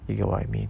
you get what I mean